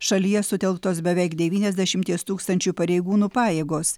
šalyje sutelktos beveik devyniasdešimties tūkstančių pareigūnų pajėgos